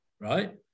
right